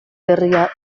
berria